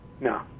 No